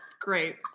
Great